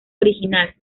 original